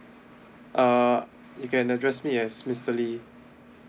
uh you can address me as mister lee